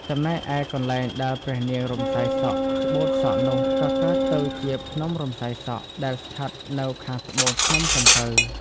ចំណែកឯកន្លែងដែលព្រះនាងរំសាយសក់ច្បូតសក់នោះ ក៏កើតទៅជា ភ្នំរំសាយសក់ ដែលស្ថិតនៅខាងត្បូងភ្នំសំពៅ។